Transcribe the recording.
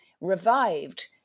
revived